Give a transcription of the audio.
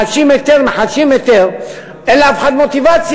מחדשים היטל, מחדשים היתר, אין לאף אחד מוטיבציה.